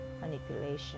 manipulation